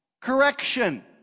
Correction